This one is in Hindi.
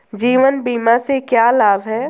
जीवन बीमा से क्या लाभ हैं?